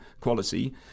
quality